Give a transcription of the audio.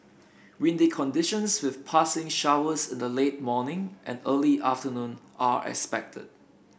windy conditions with passing showers in the late morning and early afternoon are expected